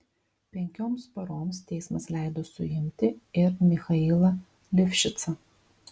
penkioms paroms teismas leido suimti ir michailą livšicą